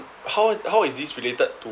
how how is this related to